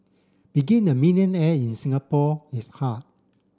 begin a millionaire in Singapore is hard